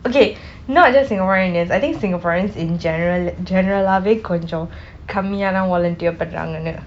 okay not just singaporean indians I think singaporeans in general general ஆவே கொஞ்சம் கம்மியா:aavei konjam kamiyaka volunteer பன்றாங்கனு:panrankanu